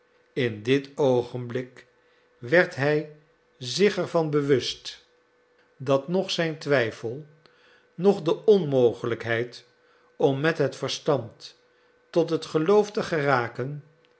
in dit oogenblik werd hij zich er van bewust dat noch zijn twijfel noch de onmogelijkheid om met het verstand tot het geloof te geraken